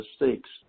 mistakes